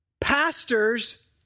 pastors